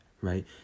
right